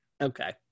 Okay